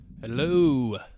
Hello